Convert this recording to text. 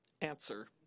Answer